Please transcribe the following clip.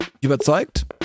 überzeugt